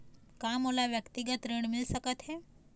का मोला व्यक्तिगत ऋण मिल सकत हे?